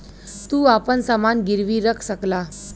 तू आपन समान गिर्वी रख सकला